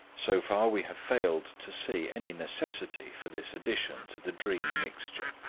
so far we have failed to see any necessity for this addition to the dream mixture.